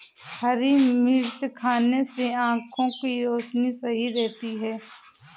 हरी मिर्च खाने से आँखों की रोशनी सही रहती है